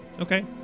okay